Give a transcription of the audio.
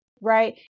Right